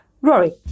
Rory